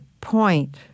point